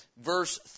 verse